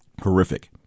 horrific